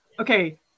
Okay